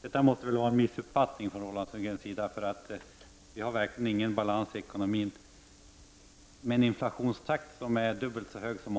Detta måste väl vara en missuppfattning från Roland Sundgrens sida, för vi har verkligen ingen balans i ekonomin med en inflationstakt som är dubbelt så hög som